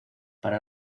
para